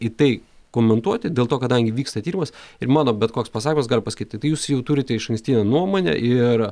į tai komentuoti dėl to kadangi vyksta tyrimas ir mano bet koks pasakymas gali pasakyti tai jūs jau turite išankstinę nuomonę ir